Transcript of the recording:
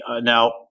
Now